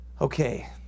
Okay